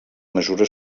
mesura